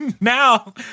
Now